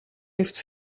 heeft